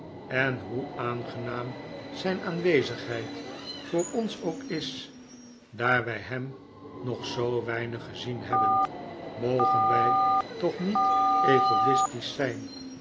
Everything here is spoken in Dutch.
en hoe aangenaam zijn aanwezigheid voor ons ook is daar wij hem nog zoo weinig gezien hebben mogen wij toch niet ego'istisch zijn